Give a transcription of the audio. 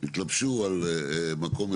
יתלבשו על מקום מסוים,